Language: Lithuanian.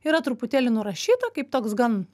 yra truputėlį nurašyta kaip toks gan